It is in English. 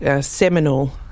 seminal